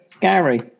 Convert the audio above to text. Gary